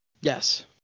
Yes